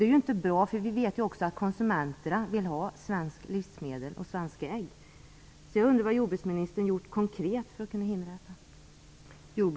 Det är inte bra, för vi vet att konsumenterna vill ha svenska livsmedel, inklusive svenska ägg.